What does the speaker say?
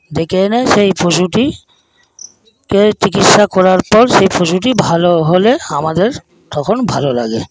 ডেকে এনে সেই পশুটিকে চিকিৎসা করার পর সেই পশুটি ভালো হলে আমাদের তখন ভালো লাগে